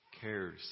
cares